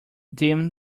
dim